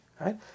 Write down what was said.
right